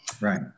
Right